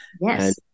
Yes